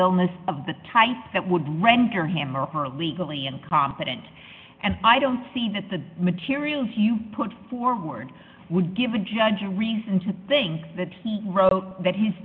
tillis of the type that would render him or her legally incompetent and i don't see that the materials you put forward would give the judge a reason to think that he wrote that he's